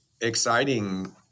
exciting